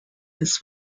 his